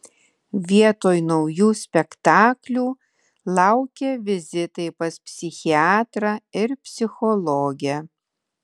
vietoj naujų spektaklių laukė vizitai pas psichiatrą ir psichologę